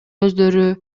өздөрү